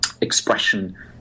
expression